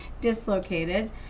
dislocated